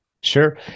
Sure